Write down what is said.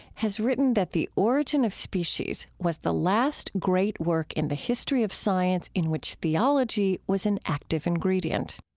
has written that the origin of species was the last great work in the history of science in which theology was an active ingredient